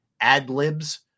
ad-libs